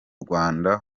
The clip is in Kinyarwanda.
rwanda